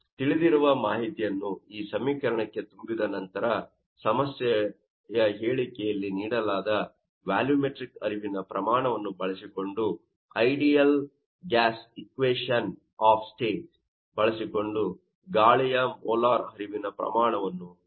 ತಿಳಿದಿರುವ ಮಾಹಿತಿಯನ್ನು ಈ ಸಮೀಕರಣಕ್ಕೆ ತುಂಬಿದ ನಂತರ ಸಮಸ್ಯೆಯ ಹೇಳಿಕೆಯಲ್ಲಿ ನೀಡಲಾದ ವ್ಯಾಲುಮೆಟ್ರಿಕ್ ಹರಿವಿನ ಪ್ರಮಾಣವನ್ನು ಬಳಸಿಕೊಂಡು ideal gas equation of state ಬಳಸಿಕೊಂಡು ಗಾಳಿಯ ಮೋಲಾರ್ ಹರಿವಿನ ಪ್ರಮಾಣವನ್ನು ಪಡೆಯಬಹುದು